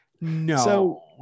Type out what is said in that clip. No